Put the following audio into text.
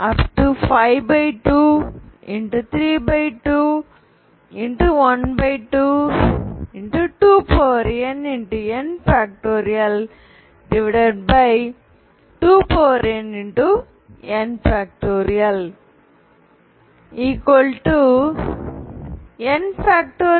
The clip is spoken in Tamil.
2n122n2n 122n 22n 3252